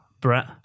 Brett